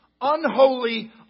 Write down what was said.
unholy